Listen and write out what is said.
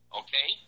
okay